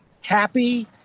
happy